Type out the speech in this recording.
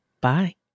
Bye